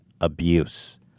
abuse